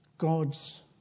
God's